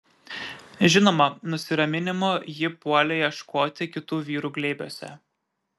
žinoma nusiraminimo ji puolė ieškoti kitų vyrų glėbiuose